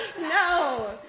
No